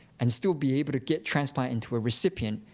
and still be able to get transplant into a recipient.